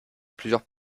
plusieurs